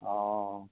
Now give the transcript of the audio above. অঁ